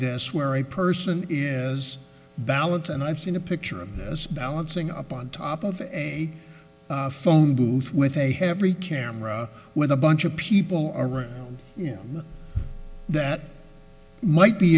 this where a person is balance and i've seen a picture of this balancing up on top of a phone booth with a have re camera with a bunch of people around you that might be